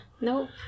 Nope